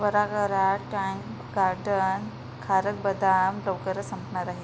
त्वरा करा tank garden खारट बदाम लवकरच संपणार आहे